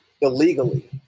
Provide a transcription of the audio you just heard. illegally